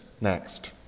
Next